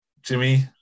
Jimmy